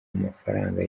amafaranga